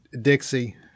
Dixie